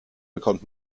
bekommt